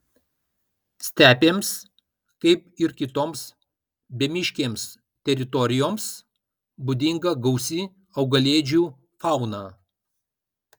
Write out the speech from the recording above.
stepėms kaip ir kitoms bemiškėms teritorijoms būdinga gausi augalėdžių fauna